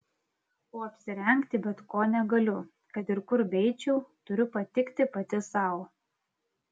o apsirengti bet ko negaliu kad ir kur beeičiau turiu patikti pati sau